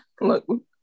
Look